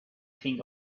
thing